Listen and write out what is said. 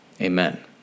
Amen